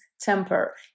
temper